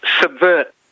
subvert